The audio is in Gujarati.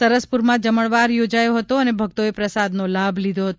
સરસપુરમાં જમણવાર યોજાયો હતો અને ભક્તોએ પ્રસાદનો લાભ લીધો હતો